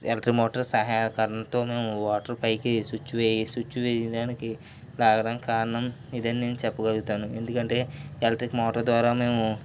electrical motor సహాయకరణతోను water పైకి switch వే స్విచ్ వేయడానికి రావడానికి కారణం ఇదేనని నేను చెప్పగలుగుతున్నాను ఎందుకంటే ఎలక్ట్రిక్ మోటార్ ద్వారా మేము